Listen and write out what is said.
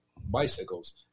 bicycles